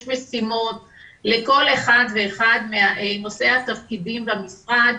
יש משימות לכל אחד ואחד מנושאי התפקידים במשרד.